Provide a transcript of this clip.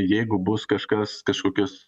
jeigu bus kažkas kažkokios